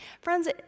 Friends